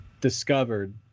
Discovered